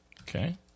Okay